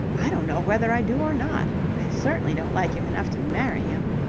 i don't know whether i do or not. i certainly don't like him enough to marry him.